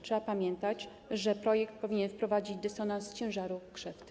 Trzeba pamiętać, że projekt powinien wprowadzić dysonans ciężaru krzywd.